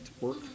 work